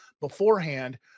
beforehand